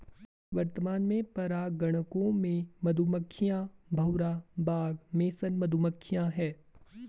वर्तमान में परागणकों में मधुमक्खियां, भौरा, बाग मेसन मधुमक्खियाँ है